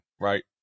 right